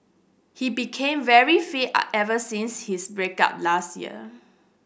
he became very fit are ever since his break up last year